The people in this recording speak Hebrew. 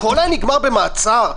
הכול נגמר במעצר?